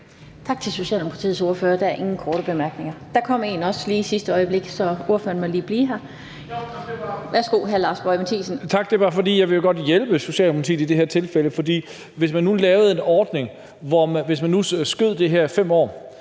Tak til Socialdemokratiets ordfører. Der kom en kort bemærkning i sidste øjeblik, så ordføreren må lige blive her. Værsgo til hr. Lars Boje Mathiesen. Kl. 20:15 Lars Boje Mathiesen (NB): Tak. Jeg vil godt hjælpe Socialdemokratiet i det her tilfælde, for hvis man nu lavede en ordning, hvor man skød det her 5 år,